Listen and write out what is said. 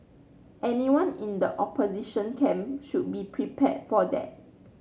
anyone in the opposition camp should be prepared for that